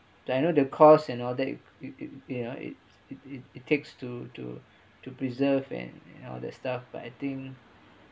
did I know the cost and all that you you know it it it it takes to to to preserve and all that stuff but I think